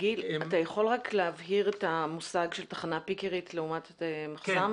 יכול להבהיר את המושג של תחנה פיקרית לעומת מחז"מ?